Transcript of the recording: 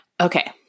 Okay